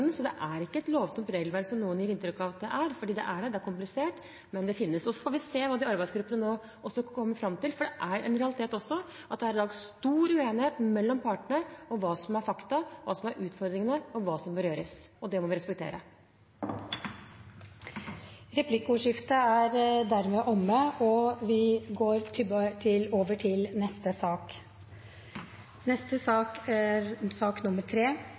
Så det er ikke et lovtomt regelverk, som noen gir inntrykk av at det er, for det er der. Det er komplisert, men det finnes. Så får vi se hva de arbeidsgruppene nå kommer fram til, for det er en realitet at det i dag er stor uenighet mellom partene om hva som er fakta, hva som er utfordringene, og hva som bør gjøres. Og det må vi respektere. Replikkordskiftet er dermed omme. Flere har ikke bedt om ordet til sak